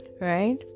right